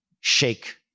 shake